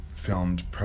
filmed